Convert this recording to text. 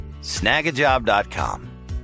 Snagajob.com